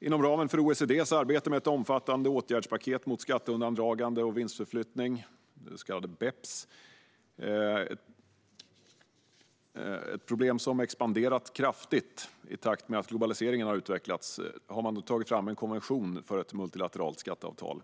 Inom ramen för OECD:s arbete med ett omfattande åtgärdspaket mot skatteundandragande och vinstförflyttning, det så kallade BEPS, ett problem som expanderat kraftigt i takt med att globaliseringen har utvecklats, har man tagit fram en konvention för ett multilateralt skatteavtal.